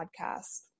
podcast